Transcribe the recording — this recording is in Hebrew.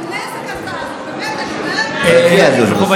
זה נזק, ההצעה הזאת, באמת, אני אומרת לך.